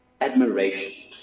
admiration